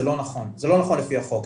זה לא נכון לפי החוק.